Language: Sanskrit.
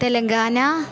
तेलङ्गाना